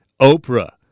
Oprah